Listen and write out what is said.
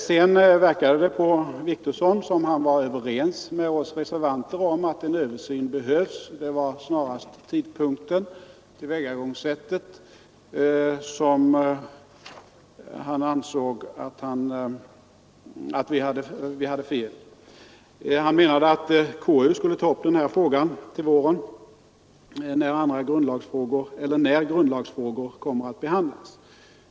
Sedan verkade det på herr Wictorsson som om han var överens med oss reservanter om att en översyn behövs. Det var snarast beträffande tidpunkten och tillvägagångssättet som han ansåg att vi hade fel. Han menade att konstitutionsutskottet borde ta upp den här frågan till våren när grundlagsfrågor kommer att behandlas.